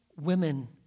women